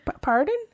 pardon